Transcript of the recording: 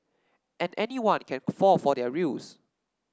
and anyone can fall for their ruse